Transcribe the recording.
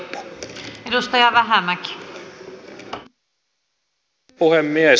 kunnioitettu puhemies